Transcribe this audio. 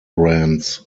brands